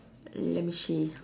let me see